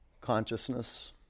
Consciousness